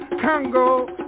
Congo